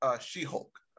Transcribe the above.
She-Hulk